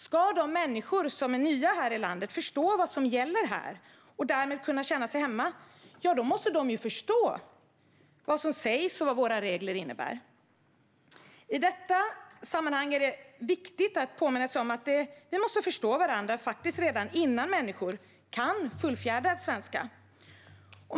Ska de människor som är nya här i landet förstå vad som gäller här, och därmed kunna känna sig hemma, ja, då måste de ju förstå vad som sägs och vad våra regler innebär. Vi måste förstå varandra redan innan människor kan fullfjädrad svenska.